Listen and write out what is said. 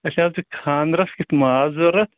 اَسہِ حظ چھُ خانٛدٕرس کیُتھ ماز ضروٗرت